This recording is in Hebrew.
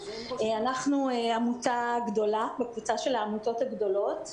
אנחנו עמותה גדולה, בקבוצה של העמותות הגדולות.